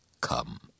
Come